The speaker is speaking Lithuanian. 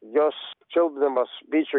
jos čiulpdamos bičių